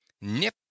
Nip